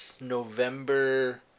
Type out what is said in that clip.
November